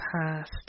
past